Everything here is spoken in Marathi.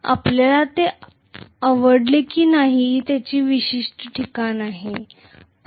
आपल्याला ते आवडेल की नाही हे त्या विशिष्ट ठिकाणी ठेवा